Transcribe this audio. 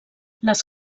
les